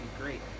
great